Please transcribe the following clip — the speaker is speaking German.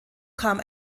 kam